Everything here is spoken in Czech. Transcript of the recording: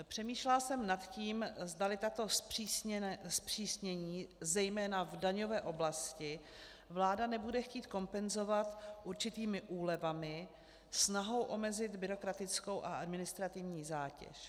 Přemýšlela jsem nad tím, zdali tato zpřísnění zejména v daňové oblasti vláda nebude chtít kompenzovat určitými úlevami, snahou omezit byrokratickou a administrativní zátěž.